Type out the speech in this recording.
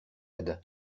aide